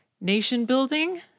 nation-building